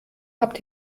habt